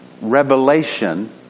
revelation